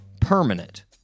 permanent